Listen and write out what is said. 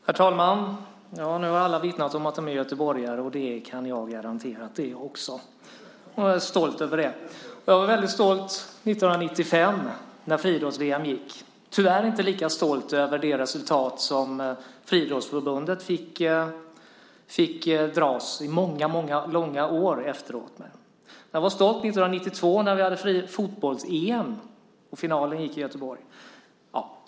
Herr talman! Nu har alla vittnat om att de är göteborgare. Jag kan garantera att också jag är det, och jag är stolt över det. Jag var väldigt stolt år 1995 när det var friidrotts-VM. Tyvärr är jag inte lika stolt över det resultat som Friidrottsförbundet i många långa år efteråt fick dras med. Och jag var stolt år 1992 när vi hade fotbolls-EM, och finalen var i Göteborg.